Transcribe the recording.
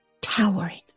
Towering